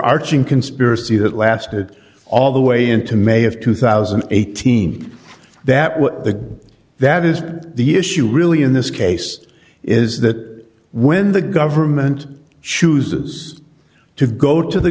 arching conspiracy that lasted all the way into may of two thousand and eighteen that what the that is the issue really in this case is that when the government chooses to go to the